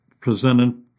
presented